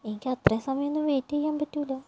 എനിക്ക് അത്രയും സമയമൊന്നും വെയിറ്റ് ചെയ്യാൻ പറ്റില്ല